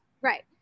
Right